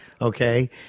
Okay